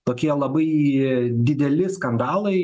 tokie labai dideli skandalai